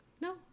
No